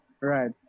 Right